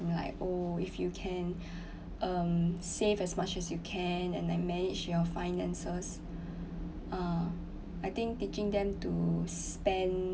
you know like oh if you can um save as much as you can and like manage your finances uh I think teaching them to spend